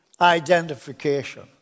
identification